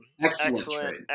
excellent